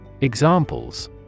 Examples